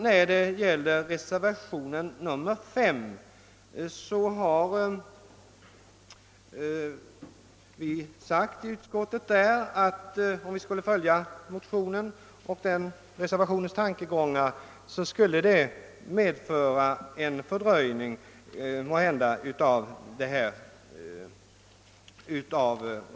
Vad gäller reservationen 5 har utskottsmajoriteten funnit, att om vi skulle följa de tankegångar som där framförs, skulle det medföra en fördröjning av reformen.